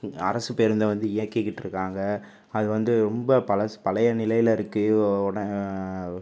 இந்த அரசுப் பேருந்தை வந்து இயக்கிட்டுருக்காங்க அது வந்து ரொம்ப பழசு பழைய நிலையில் இருக்குது இது உடன்